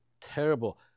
terrible